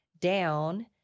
down